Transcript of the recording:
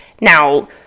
now